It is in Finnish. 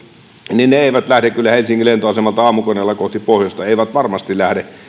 niin ne eivät kyllä lähde helsingin lentoasemalta aamukoneella kohti pohjoista eivät varmasti lähde